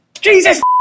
Jesus